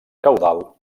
caudal